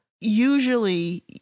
usually